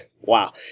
wow